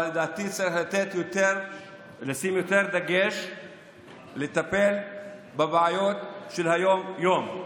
אבל לדעתי צריך לשים יותר דגש לטפל בבעיות של היום-יום.